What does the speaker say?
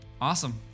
Awesome